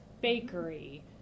bakery